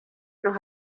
nos